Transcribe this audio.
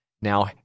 Now